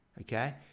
okay